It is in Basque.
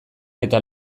eta